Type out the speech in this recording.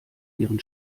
ihren